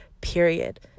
period